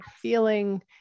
feeling